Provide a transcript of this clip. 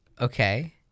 Okay